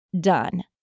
done